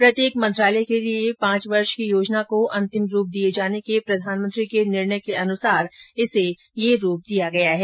प्रत्येक मंत्रालय के लिए पांच वर्ष की योजना को अंतिम रूप दिए जाने के प्रधानमंत्री के निर्णय के अनुरूप इसे अंतिम रूप दिया गया है